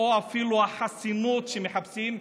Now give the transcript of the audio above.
או אפילו החסינות שמחפשים,